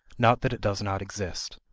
not that it does not exist.